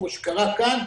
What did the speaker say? כמו שקרה כאן.